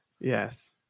yes